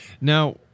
Now